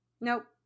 Nope